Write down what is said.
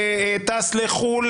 טס לחו"ל,